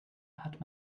hat